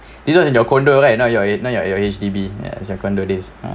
this was in your condo right now you are at you are at your H_D_B ah ya is your condo this ah